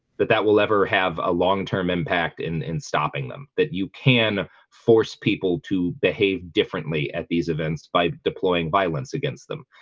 that that will ever have a long-term impact in in stopping them that you can force people to behave differently differently at these events by deploying violence against them